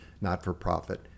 not-for-profit